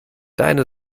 deine